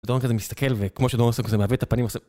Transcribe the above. דורון כזה מסתכל, וכמו שדורון עושה כזה, מעוות את הפנים, עושה...